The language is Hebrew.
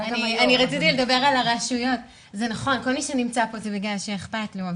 כל מי שנמצא פה זה בגלל שאכפת לו.